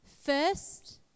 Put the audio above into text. First